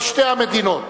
אבל שתי המדינות